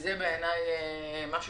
וזה בעיני משהו